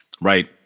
Right